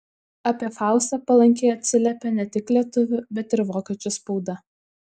apie faustą palankiai atsiliepė ne tik lietuvių bet ir vokiečių spauda